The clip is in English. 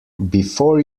before